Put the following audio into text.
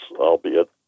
albeit